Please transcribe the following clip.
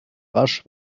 rasch